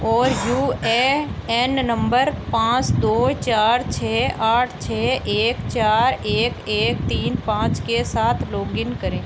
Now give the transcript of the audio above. और U A N number पाँच दो चार छः आठ छः एक चार एक एक तीन पाँच के साथ लॉगिन करें